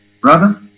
Brother